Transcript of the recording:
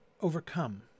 Overcome